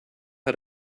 how